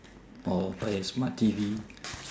or buy a smart T_V